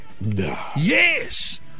Yes